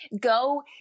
go